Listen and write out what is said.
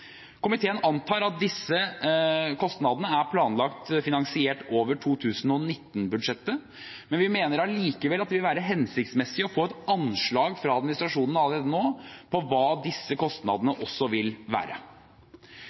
Komiteen antar at disse kostnadene er planlagt finansiert over 2019-budsjettet, men vi mener likevel at det vil være hensiktsmessig å få et anslag fra administrasjonen allerede nå på hva disse kostnadene vil være.